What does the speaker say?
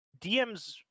DMs